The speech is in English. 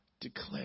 declare